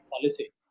policy